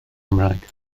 cymraeg